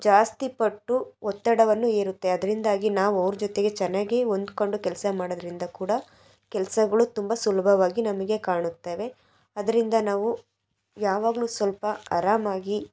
ಜಾಸ್ತಿ ಪಟ್ಟು ಒತ್ತಡವನ್ನು ಹೇರುತ್ತೆ ಅದರಿಂದಾಗಿ ನಾವು ಅವ್ರ ಜೊತೆಗೆ ಚೆನ್ನಾಗಿ ಹೊಂದ್ಕೊಂಡು ಕೆಲಸ ಮಾಡೋದರಿಂದ ಕೂಡ ಕೆಲಸಗಳು ತುಂಬ ಸುಲಭವಾಗಿ ನಮಗೆ ಕಾಣುತ್ತವೆ ಅದರಿಂದ ನಾವು ಯಾವಾಗಲು ಸ್ವಲ್ಪ ಆರಾಮಾಗಿ